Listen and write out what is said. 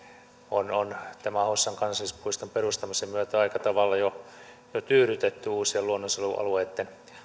on on tämän hossan kansallispuiston perustamisen myötä aika tavalla jo nyt tyydytetty uusien luonnonsuojelualueitten